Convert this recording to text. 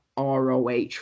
ROH